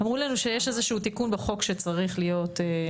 אמרו לנו שיש איזשהו תיקון בחוק שצריך להיות.